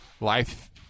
life